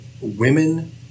women